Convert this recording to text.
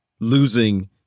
losing